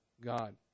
God